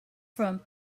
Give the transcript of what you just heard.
from